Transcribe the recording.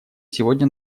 сегодня